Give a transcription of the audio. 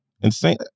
insane